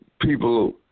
people